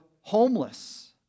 homeless